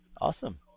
Awesome